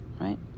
right